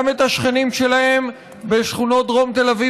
גם את השכנים שלהם בשכונות דרום תל אביב